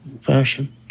fashion